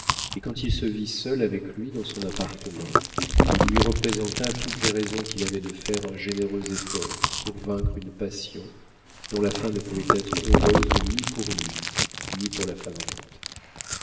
et quand il se vit seul avec lui dans son appartement il lui représenta toutes les raisons qu'il avait de faire un généreux effort pour vaincre une passion dont la fin ne pouvait être heureuse ni pour lui ni pour la favorite